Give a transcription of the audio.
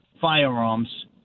firearms